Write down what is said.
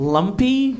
Lumpy